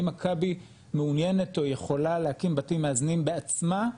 האם מכבי מעוניינת או יכולה להקים בתים מאזנים בעצמה?